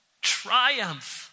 triumph